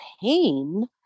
pain